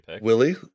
Willie